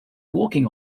walking